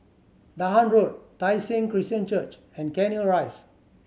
Dahan Road Tai Seng Christian Church and Cairnhill Rise